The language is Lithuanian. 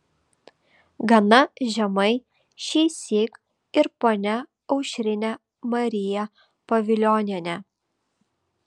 gana žemai šįsyk ir ponia aušrinė marija pavilionienė